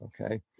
Okay